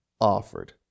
offered